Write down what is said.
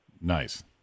Nice